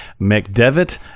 McDevitt